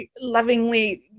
lovingly